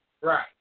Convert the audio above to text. Right